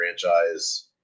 franchise